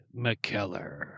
McKellar